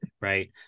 right